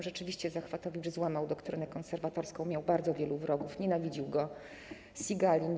Rzeczywiście Zachwatowicz złamał doktrynę konserwatorską, miał bardzo wielu wrogów, nienawidził go Sigalin.